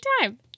time